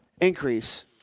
increase